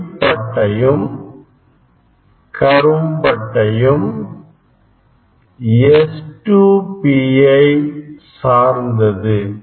ஒளி பட்டையும் கரும் பட்டையும் S2P ஐ சார்ந்தது